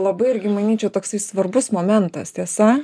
labai irgi manyčiau toksai svarbus momentas tiesa